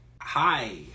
hi